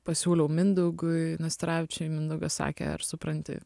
pasiūliau mindaugui nastaravičiui mindaugas sakė ar supranti